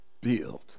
build